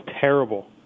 terrible